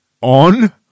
on